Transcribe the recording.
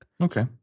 Okay